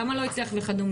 למה לא הצליח וכד'.